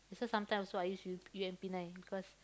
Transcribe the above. also sometimes also I use U U_M_P nine because